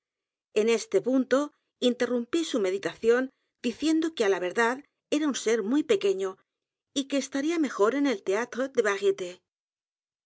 n este punto interrumpí su meditación diciendo que a l a verdad era u n ser muy pequeño y que estaría mejor en el thédtre des